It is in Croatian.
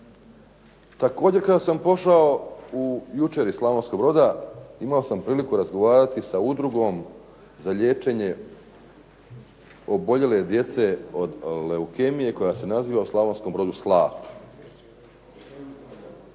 Također kada sam pošao jučer iz Slavonskog Broda imao sam priliku razgovarati sa udrugom za liječenje oboljele djece od leukemije koja se naziva u Slavonskom Brodu